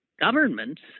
governments